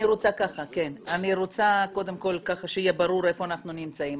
אני רוצה שיהיה ברור איפה אנחנו נמצאים,